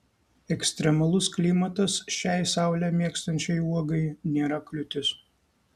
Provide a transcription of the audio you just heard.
ekstremalus klimatas šiai saulę mėgstančiai uogai nėra kliūtis